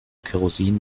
kerosin